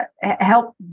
help